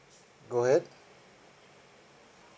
go ahead